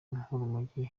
nk’urumogi